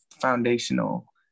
foundational